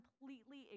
completely